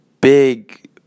big